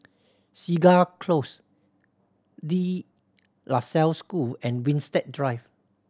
Segar Close De La Salle School and Winstedt Drive